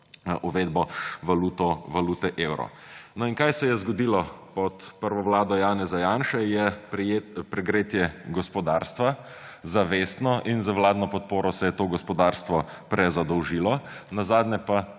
uvedbo valute evro. No, in kaj se je zgodilo pod prvo vlado Janeza Janše, je pregretje gospodarstva. Zavestno in z vladno podporo se je to gospodarstvo prezadolžilo, nazadnje pa